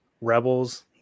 rebels